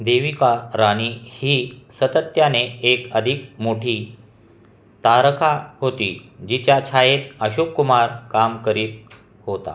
देविका राणी ही सातत्याने एक अधिक मोठी तारका होती जिच्या छायेत अशोक कुमार काम करीत होता